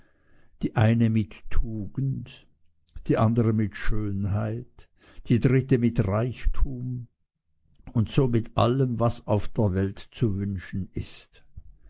die eine mit tugend die andere mit schönheit die dritte mit reichtum und so mit allem was auf der welt zu wünschen ist